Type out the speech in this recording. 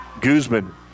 Guzman